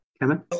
kevin